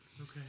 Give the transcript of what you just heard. Okay